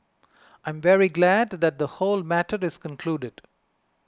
I am very glad that the whole matter is concluded